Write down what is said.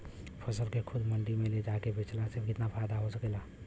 फसल के खुद मंडी में ले जाके बेचला से कितना फायदा हो सकेला?